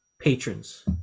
patrons